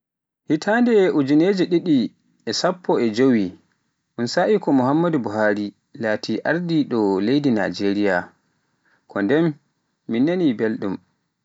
Hitande ujinere didi e sappo e jeewi un sa'I ko Muhammadu Buhari laati ardoɗo leydi Najeriya, kondem min nanaa belɗum.